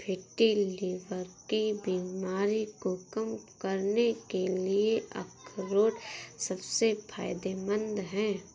fatty liver की बीमारी को कम करने के लिए अखरोट सबसे फायदेमंद है